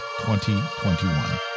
2021